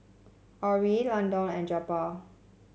Orrie Landon and Jeptha